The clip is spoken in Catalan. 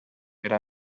era